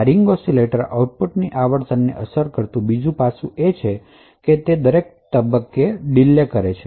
આ ring oscillator output ની આવર્તનને અસર કરતું બીજું પાસું એ દરેક તબક્કે ડીલે છે